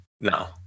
No